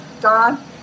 Don